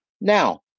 Now